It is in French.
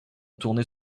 tourner